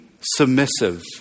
submissive